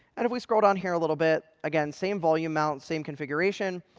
and if we scroll down here a little bit, again, same volume mount, same configuration.